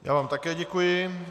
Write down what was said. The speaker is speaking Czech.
Já vám také děkuji.